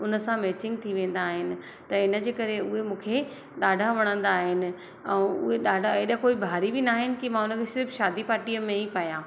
उन सां मैचिंग थी वेंदा आहिनि त इन जे करे उहे मूंखे ॾाढा वणंदा आहिनि ऐं उहे ॾाढा एडा कोई भारी बि न आहिनि कि मां उन खे सिर्फ़ु शादी पार्टीअ में ई पायां